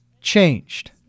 changed